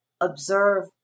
Observe